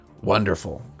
wonderful